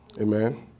amen